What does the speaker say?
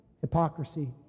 Hypocrisy